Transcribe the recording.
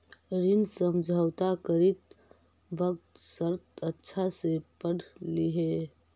ऋण समझौता करित वक्त शर्त अच्छा से पढ़ लिहें